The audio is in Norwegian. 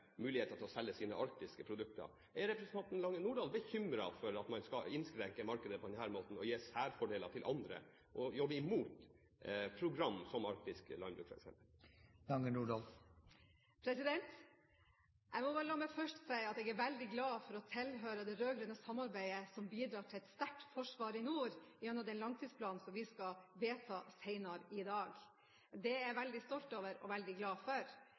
muligheter til å selge sine arktiske produkter. Er representanten Lange Nordahl bekymret for at man skal innskrenke markedet på denne måten, gi særfordeler til andre og jobbe imot program som f.eks. arktisk landbruk? La meg bare først si at jeg er glad for å tilhøre det rød-grønne samarbeidet som bidrar til et sterkt forsvar i nord gjennom den langtidsplanen vi skal vedta senere i dag. Det er jeg veldig stolt over og veldig glad for.